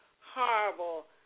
horrible